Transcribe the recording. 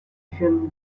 vision